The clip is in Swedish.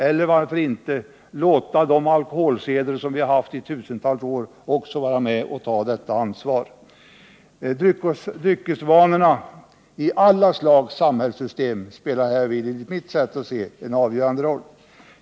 Eller varför inte låta de alkoholseder vi haft i tusentals år också räknas in i detta sammanhang? Dryckesvanorna i alla slags samhällssystem spelar enligt mitt sätt att se en avgörande roll.